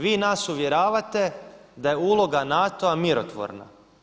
Vi nas uvjeravate da je uloga NATO-a mirotvorna.